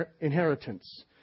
inheritance